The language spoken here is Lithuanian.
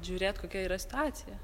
žiūrėt kokia yra situacija